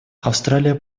австралия